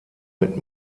mit